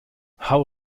hau